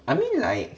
I mean like